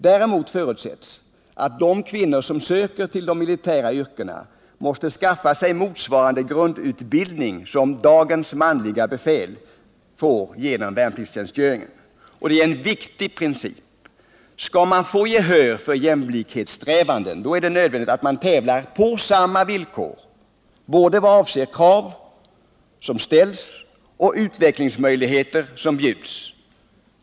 Däremot förutsätts att de kvinnor som söker till de militära yrkena skaffar sig en grundutbildning, motsvarande den som dagens manliga befäl får genom värnpliktstjänstgöringen. Det är en viktig princip. Skall man få gehör för jämlikhetssträvanden, är det nödvändigt att man tävlar på samma villkor i vad avser både krav som ställs och utvecklingsmöjligheter som bjuds.